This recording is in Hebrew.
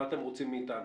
מה אתם רוצים מאתנו?